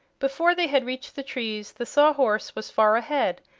before they had reached the trees the sawhorse was far ahead,